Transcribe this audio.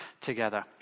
together